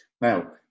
Now